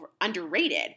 underrated